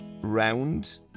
round